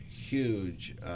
huge